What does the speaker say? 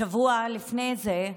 בשבוע לפני זה,